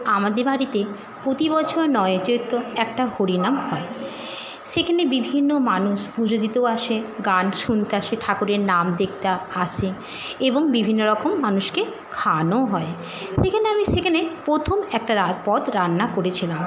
আমাদের বাড়িতে প্রতিবছর নয়ই চৈত্র একটা হরিনাম হয় সেখানে বিভিন্ন মানুষ পুজো দিতেও আসে গান শুনতে আসে ঠাকুরের নাম দেখতে আসে এবং বিভিন্ন রকম মানুষকে খাওয়ানোও হয় সেখানে আমি সেখানে প্রথম একটা রা পদ রান্না করেছিলাম